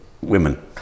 women